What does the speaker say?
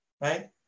right